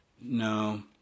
No